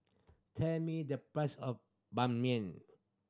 tell me the price of Ban Mian